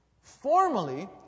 Formally